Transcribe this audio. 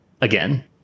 again